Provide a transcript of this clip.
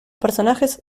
personajes